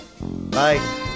Bye